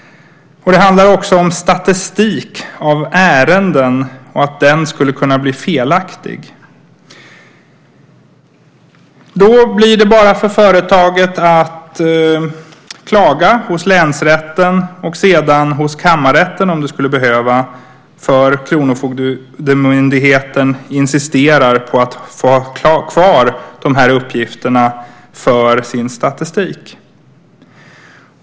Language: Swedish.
Det handlar också om statistik över ärenden, att den skulle kunna bli felaktig. Då blir det bara för företaget att klaga hos länsrätten och sedan hos kammarrätten, om det skulle behövas, för kronofogdemyndigheten insisterar på att ha kvar uppgifterna för sin statistik.